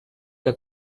que